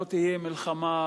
לא תהיה מלחמה,